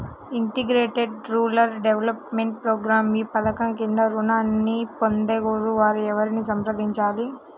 Integrated rural development programme ఈ పధకం క్రింద ఋణాన్ని పొందగోరే వారు ఎవరిని సంప్రదించాలి?